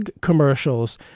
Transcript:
commercials